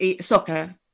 Soccer